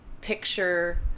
picture